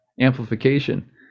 amplification